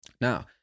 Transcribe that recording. now